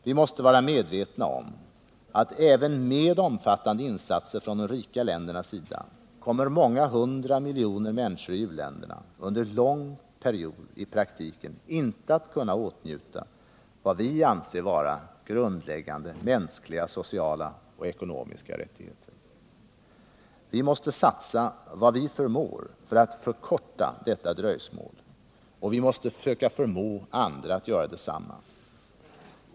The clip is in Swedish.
Vi måste vara medvetna om att även med omfattande insatser från de rika ländernas sida kommer många hundra miljoner människor i u-länderna under en lång period i praktiken inte att kunna åtnjuta vad vi anser vara grundläggande mänskliga, sociala och ekonomiska rättigheter. Vi måste satsa vad vi förmår för att förkorta detta dröjsmål, och vi måste försöka förmå andra att göra detsamma.